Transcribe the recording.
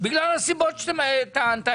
בגלל הסיבות שטענת,